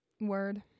Word